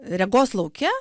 regos lauke